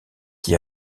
qui